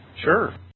sure